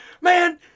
man